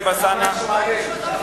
חבר הכנסת טלב אלסאנע, בבקשה.